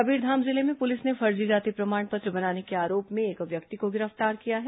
कबीरधाम जिले में पुलिस ने फर्जी जाति प्रमाण पत्र बनाने के आरोप में एक व्यक्ति को गिरफ्तार किया है